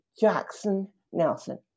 Jackson-Nelson